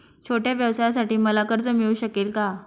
छोट्या व्यवसायासाठी मला कर्ज मिळू शकेल का?